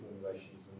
formulations